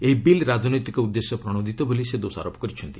ଏହି ବିଲ୍ ରାଜନୈତିକ ଉଦ୍ଦେଶ୍ୟ ପ୍ରଶୋଦିତ ବୋଲି ସେ ଦୋଷାରୋପ କରିଛନ୍ତି